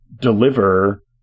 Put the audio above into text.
deliver